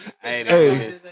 Hey